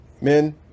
Men